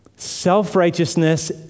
Self-righteousness